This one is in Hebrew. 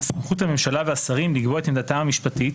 סמכות הממשלה והשרים לקבוע את עמדתם המשפטית